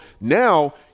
now